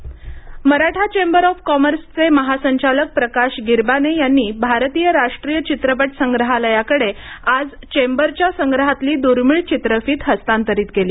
चित्रफित Maratha chamber of कॉमर्सचे महासंचालक प्रकाश गीरबाने यांनी भारतीय राष्ट्रीय चित्रपट संग्रहालयाकडे आज चेंबरच्या संग्रहातली दुर्मीळ चित्रफीत हस्तांतरीत केली